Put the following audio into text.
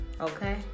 Okay